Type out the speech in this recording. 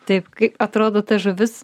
taip kai atrodo ta žuvis